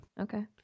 Okay